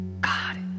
God